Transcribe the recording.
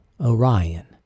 Orion